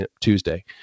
Tuesday